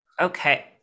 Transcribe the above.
Okay